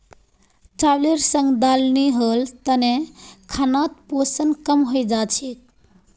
चावलेर संग दाल नी होल तने खानोत पोषण कम हई जा छेक